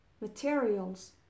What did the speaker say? materials